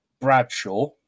Bradshaw